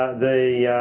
the